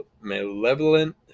malevolent